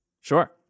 Sure